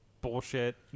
bullshit